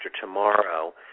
tomorrow